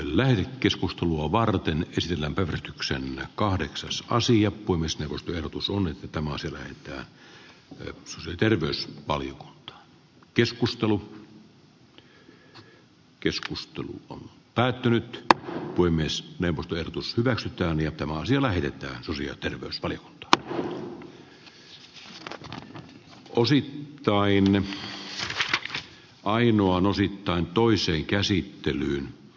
lehden keskustelua varten sillä yrityksen kahdeksas osia voimistelu ja odottaisin kyllä kun valiokunnassa käsitellään jotta tämän tyyppinen asia otettaisiin myös esille jotta nämä oikaistaisiin nyt koska siellä on ennakkopäätöksiä ilmeisesti olemassa kuntien saamista prosenteista